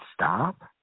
stop